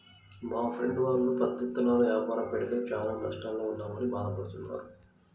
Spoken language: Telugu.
మా ఫ్రెండు వాళ్ళు పత్తి ఇత్తనాల యాపారం పెడితే చానా నష్టాల్లో ఉన్నామని భాధ పడతన్నారు